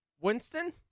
Winston